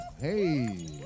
Hey